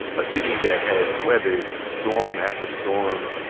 a city that has weathered storm after storm.